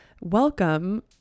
welcome